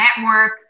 network